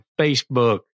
Facebook